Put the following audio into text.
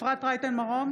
אפרת רייטן מרום,